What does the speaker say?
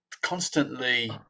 constantly